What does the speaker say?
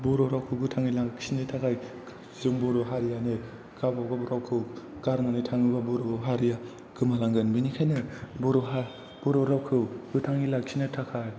बर' रावखौ गोथाङै लाखिनो थाखाय जों बर' हारियानो गावबागाव रावखौ गारनानै थाङोबा बर' हारिया गोमालांगोन बेनिखायनो बर' रावखौ गोथाङै लाखिनो थाखाय